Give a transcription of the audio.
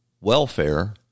welfare